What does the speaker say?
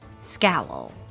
scowl